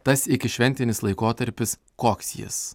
tas iki šventinis laikotarpis koks jis